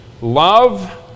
Love